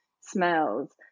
smells